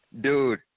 Dude